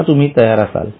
आता तुम्ही तयार असाल